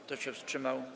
Kto się wstrzymał?